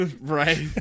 right